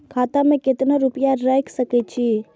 खाता में केतना रूपया रैख सके छी?